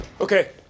Okay